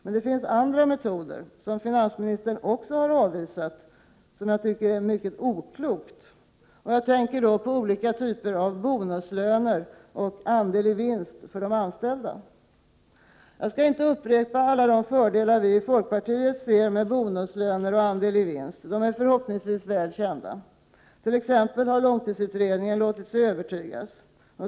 Men det finns andra metoder, som finansministern också har avvisat, vilket jag tycker är mycket oklokt. Jag tänker på olika typer av bonuslöner och andel-i-vinst för de anställda. Jag skall inte upprepa alla de fördelar vi i folkpartiet ser med bonuslöner och andel-i-vinst, de är förhoppningsvis väl kända. Långtidsutredningen t.ex. har låtit sig övertygas.